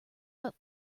but